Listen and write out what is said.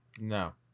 No